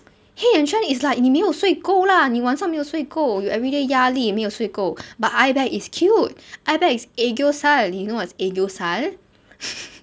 黑眼圈 is like 你没有睡够啦你晚上没有睡够 you everyday 压力没有睡够 but eye bag is cute eye bag is aegyo sal you know what is aegyo sal